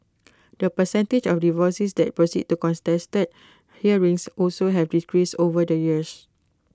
the percentage of divorces that proceed to contested hearings also has decreased over the years